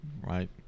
Right